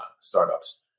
startups